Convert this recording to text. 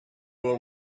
will